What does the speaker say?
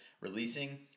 releasing